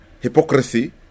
hypocrisy